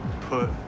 put